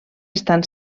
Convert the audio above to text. estan